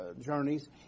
journeys